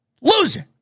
losing